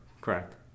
correct